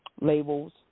labels